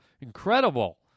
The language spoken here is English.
Incredible